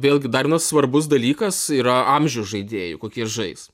vėlgi dar vienas svarbus dalykas yra amžius žaidėjų kokie žais